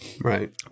Right